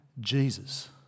Jesus